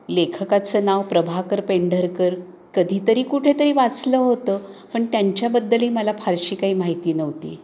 लेखकाचं नाव प्रभाकर पेंढारकर कधीतरी कुठेतरी वाचलं होतं पण त्यांच्याबद्दलही मला फारशी काही माहिती नव्हती